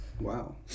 Wow